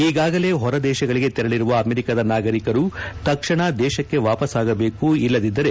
ಈಗಾಗಲೇ ಹೊರ ದೇಶಗಳಿಗೆ ತೆರಳಿರುವ ಅಮೆರಿಕಾದ ನಾಗರಿಕರು ತಕ್ಷಣ ದೇಶಕ್ಕೆ ವಾಪಸ್ತಾಗಬೇಕು ಇಲ್ಲದಿದ್ದರೆ